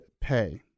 pay